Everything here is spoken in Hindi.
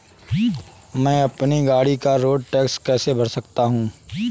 मैं अपनी गाड़ी का रोड टैक्स कैसे भर सकता हूँ?